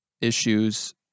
issues